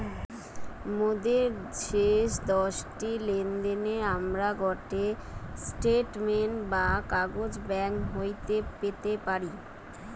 মোদের শেষ দশটি লেনদেনের আমরা গটে স্টেটমেন্ট বা কাগজ ব্যাঙ্ক হইতে পেতে পারি